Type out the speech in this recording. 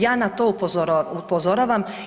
Ja na to upozoravam.